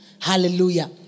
Hallelujah